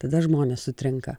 tada žmonės sutrinka